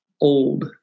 old